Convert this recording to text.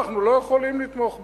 אנחנו לא יכולים לתמוך בו.